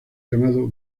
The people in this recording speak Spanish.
llamado